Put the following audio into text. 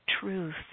truth